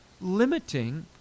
limiting